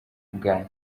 ghana